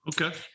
Okay